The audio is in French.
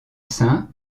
saint